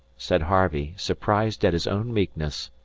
said harvey, surprised at his own meekness.